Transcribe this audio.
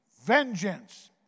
vengeance